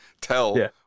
tell